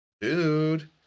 dude